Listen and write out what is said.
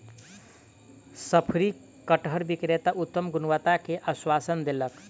शफरी कटहर विक्रेता उत्तम गुणवत्ता के आश्वासन देलक